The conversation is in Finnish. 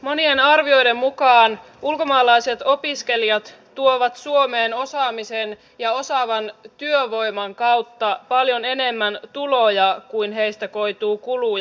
monien arvioiden mukaan ulkomaalaiset opiskelijat tuovat suomeen osaamisen ja osaavan työvoiman kautta paljon enemmän tuloja kuin heistä koituu kuluja